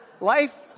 life